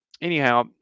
Anyhow